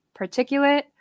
particulate